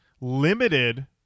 Limited